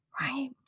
right